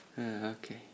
Okay